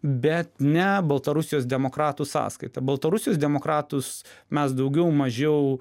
bet ne baltarusijos demokratų sąskaita baltarusius demokratus mes daugiau mažiau